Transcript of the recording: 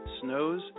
snows